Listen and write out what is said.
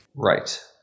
Right